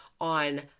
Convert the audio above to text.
on